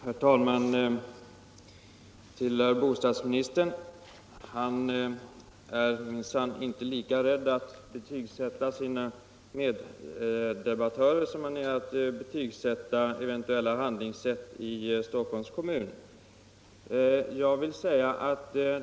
Herr talman! Herr bostadsministern är minsann inte lika rädd att betygsätta sina meddebattörer som han är att betygsätta eventuella handlingssätt i Stockholms kommun.